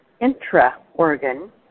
intra-organ